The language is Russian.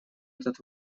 этот